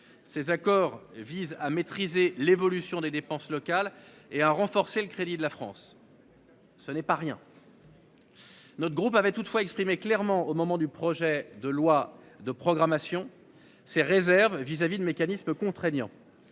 Ces accords et vise à maîtriser l'évolution des dépenses locales et à renforcer le crédit de la France.-- Ce n'est pas rien.-- Notre groupe avait toutefois exprimé clairement au moment du projet de loi de programmation ses réserves vis-à-vis de mécanisme contraignant.